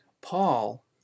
Paul